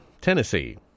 Tennessee